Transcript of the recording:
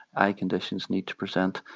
eye conditions need to present.